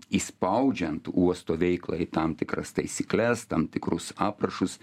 įspaudžiant uosto veiklą į tam tikras taisykles tam tikrus aprašus